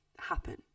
happen